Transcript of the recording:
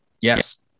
Yes